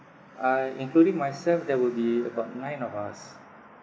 uh including myself that would be about nine of us